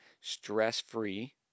stress-free